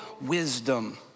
wisdom